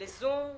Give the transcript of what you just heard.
לזום,